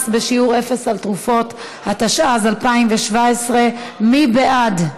מס בשיעור אפס על תרופות), התשע"ז 2017. מי בעד?